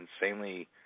insanely